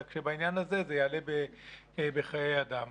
רק שבעניין הזה זה יעלה בחיי אדם.